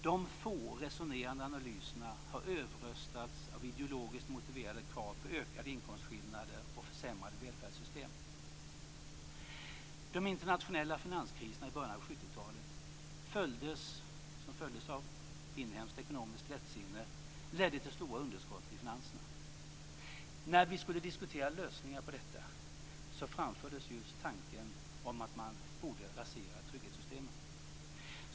De få resonerande analyserna har överröstats av ideologiskt motiverade krav på ökade inkomstskillnader och försämrade välfärdssystem. talet som följdes av inhemskt ekonomiskt lättsinne ledde till stora underskott i finanserna. När vi skulle diskutera lösningar på detta framfördes just tanken om att man borde rasera trygghetssystemen.